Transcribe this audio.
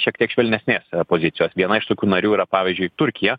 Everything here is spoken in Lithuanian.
šiek tiek švelnesnės pozicijos viena iš tokių narių yra pavyzdžiui turkija